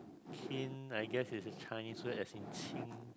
kin I guess it's a Chinese word as in